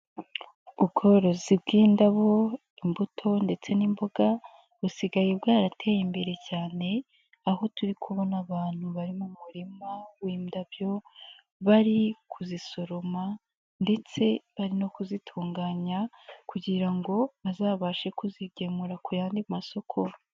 Ubworozi bw'indabo, imbuto ndetse n'imboga, busigaye bwarateye imbere cyane, aho turi kubona abantu bari mu murima w'indabyo, bari kuzisoroma ndetse bari no kuzitunganya kugira ngo bazabashe kuzigemura ku yandi masoko.